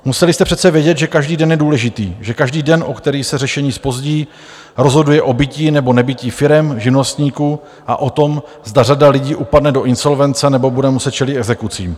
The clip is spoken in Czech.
Museli jste přece vědět, že každý den je důležitý, že každý den, o který se řešení zpozdí, rozhoduje o bytí nebo nebytí firem, živnostníků a o tom, zda řada lidí upadne do insolvence nebo bude muset čelit exekucím.